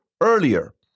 earlier